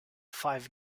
five